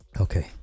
Okay